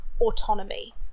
autonomy